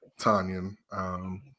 Tanyan